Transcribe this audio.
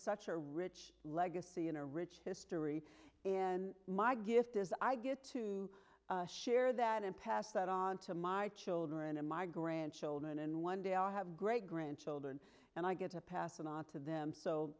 such a rich legacy in a rich history and my gift is i get to share that and pass that on to my children and my grandchildren and one day i have great grandchildren and i get a pass on to them so